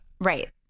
Right